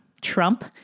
trump